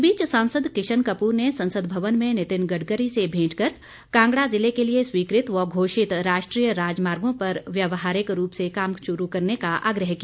इस बीच सांसद किशन कपूर ने संसद भवन में नितिन गडकरी से भेंट कर कांगड़ा ज़िले के लिए स्वीकृत व घोषित राष्ट्रीय राजमार्गो पर व्यवहारिक रूप से काम शुरू करने का आग्रह किया